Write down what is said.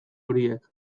horiek